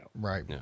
right